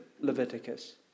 Leviticus